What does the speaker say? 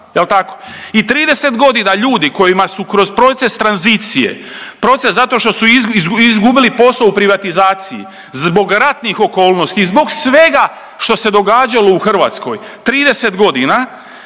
i 30.g. ljudi kojima su kroz proces tranzicije, proces zato što su izgubili posao u privatizaciji, zbog ratnih okolnosti i zbog svega što se događalo u Hrvatskoj 30.g.